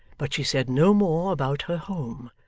but she said no more about her home,